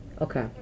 Okay